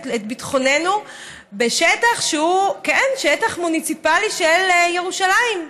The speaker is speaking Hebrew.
בשטח שהוא שטח מוניציפלי של ירושלים.